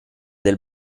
del